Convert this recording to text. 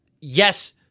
Yes